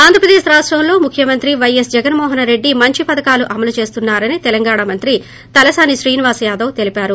ఆంధ్రప్రదేశ్ రాష్టంలో ముఖ్యమంత్రి వైఎస్ జగన్మోహన్రెడ్డి మంచి పథకాలు అమలు చేస్తున్నా రని తెలంగాణ మంత్రి తలసాని శ్రీనివాస్యాదవ్ తెలిపారు